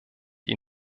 die